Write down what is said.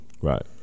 Right